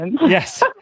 Yes